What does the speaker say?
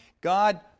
God